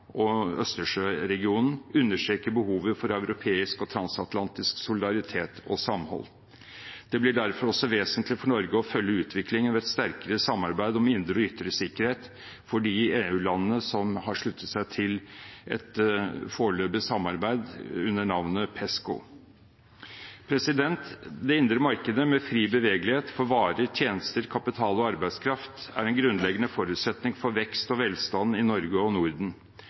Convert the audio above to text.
og Østersjøregionen understreker behovet for europeisk og transatlantisk solidaritet og samhold. Det blir derfor også vesentlig for Norge å følge utviklingen med et sterkere samarbeid om indre og ytre sikkerhet for de EU-landene som har sluttet seg til et foreløpig samarbeid under navnet PESCO. Det indre markedet med fri bevegelse av varer, tjenester, kapital og arbeidskraft er en grunnleggende forutsetning for vekst og velstand i Norge og Norden.